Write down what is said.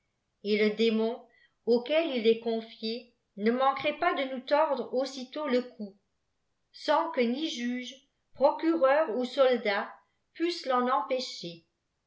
et le démon auquel il est congé ne manquerait pas de nous tordre aussitôt le cou sanque ni juges procureurs ou soldats pussent l'en empêcher